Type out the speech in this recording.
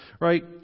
right